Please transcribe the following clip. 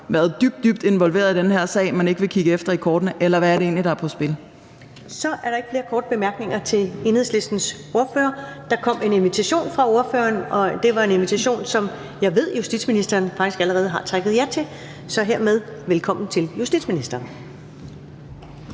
dybt, dybt involveret i den her sag, at man ikke vil kigges efter i kortene? Eller hvad er det egentlig, der er på spil? Kl. 16:19 Første næstformand (Karen Ellemann): Så er der ikke flere korte bemærkninger til Enhedslistens ordfører. Der kom en invitation fra ordføreren, og det var en invitation, som jeg ved at justitsministeren faktisk allerede har takket ja til. Så hermed velkommen til justitsministeren.